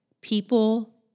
people